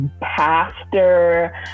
pastor